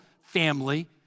family